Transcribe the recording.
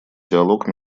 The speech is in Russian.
диалог